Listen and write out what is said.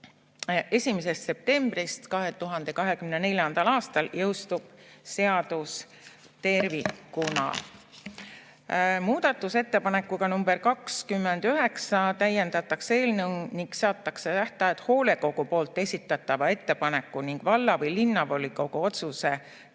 1. septembril 2024. aastal jõustub seadus tervikuna. Muudatusettepanekuga nr 29 täiendatakse eelnõu ning seatakse tähtajad hoolekogu esitatava ettepaneku ning valla‑ või linnavolikogu otsuse